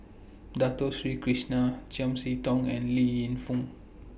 Dato Sri Krishna Chiam See Tong and Li Yingfung